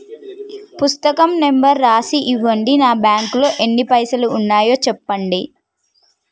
పుస్తకం నెంబరు రాసి ఇవ్వండి? నా బ్యాంకు లో ఎన్ని పైసలు ఉన్నాయో చెప్పండి?